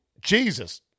Jesus